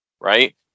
Right